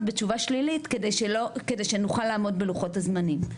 בתשובה שלילית כדי שנוכל לעמוד בלוחות הזמנים.